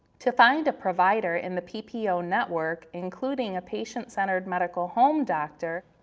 to find a provider in the ppo ppo network, including a patient-centered medical home doctor,